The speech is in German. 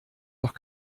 doch